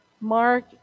Mark